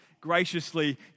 graciously